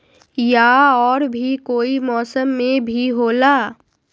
या और भी कोई मौसम मे भी होला?